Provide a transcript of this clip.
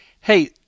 Hey